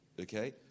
Okay